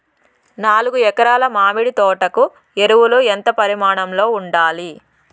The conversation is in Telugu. నాలుగు ఎకరా ల మామిడి తోట కు ఎరువులు ఎంత పరిమాణం లో ఉండాలి?